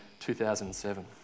2007